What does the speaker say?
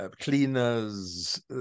cleaners